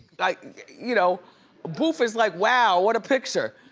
like you know bouf is like, wow, what a picture.